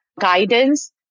guidance